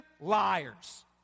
liars